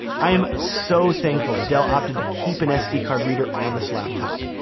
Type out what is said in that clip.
i am so thankful that dell opted to keep an sd card reader on this laptop,